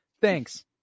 Thanks